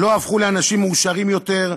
לא הפכו לאנשים מאושרים יותר,